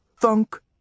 Thunk